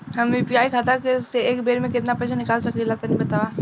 हम यू.पी.आई खाता से एक बेर म केतना पइसा निकाल सकिला तनि बतावा?